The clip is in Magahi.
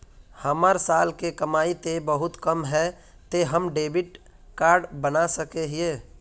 हमर साल के कमाई ते बहुत कम है ते हम डेबिट कार्ड बना सके हिये?